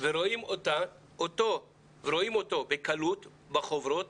ורואים אותו בקלות בחוברות